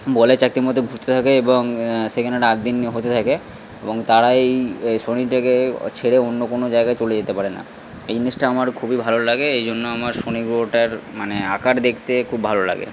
বলের চাকতির মধ্যে ঘুরতে থাকে এবং সেখানে রাত দিন হতে থাকে এবং তারা এই শনি থেকে ছেড়ে অন্য কোনো জায়গায় চলে যেতে পারে না এই জিনিসটা আমার খুবই ভালো লাগে এই জন্য আমার শনি গ্রহটার মানে আকার দেখতে খুব ভালো লাগে